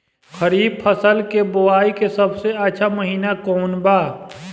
खरीफ फसल के बोआई के सबसे अच्छा महिना कौन बा?